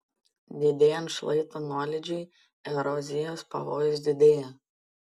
didėjant šlaito nuolydžiui erozijos pavojus didėja